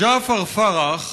ג'עפר פרח,